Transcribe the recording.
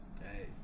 Hey